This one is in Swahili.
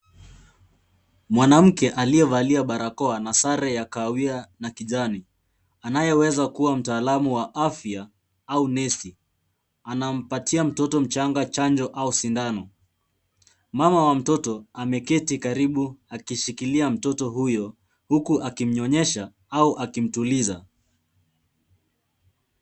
Mwanamke aliyevalia barakoa na sare ya kahawia na kijani, anayeweza kuwa mtaalamu wa afya au nesi anampatia mtoto mchanga chanjo au sindano. Mama wa mtoto ameketi karibu akishikilia mtoto huyo huku akimnyonyesha au akimtuliza.